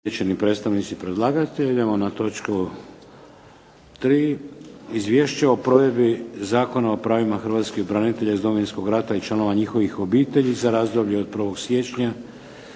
Idemo na točku 3. - Izvješće o provedbi Zakona o pravima Hrvatskih branitelja iz Domovinskog rata i članova njihovih obitelji, za razdoblje od 1. siječnja